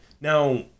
Now